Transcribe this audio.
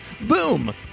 Boom